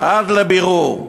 עד לבירור.